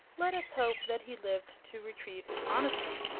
let us hope that he lived to retrieve his honesty,